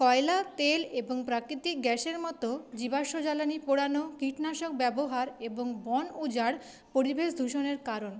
কয়লা তেল এবং প্রাকৃতিক গ্যাসের মতো জীবাশ্ম জ্বালানি পোড়ানো কীটনাশক ব্যবহার এবং বন উজাড় পরিবেশ দূষণের কারণ